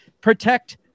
protect